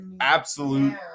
Absolute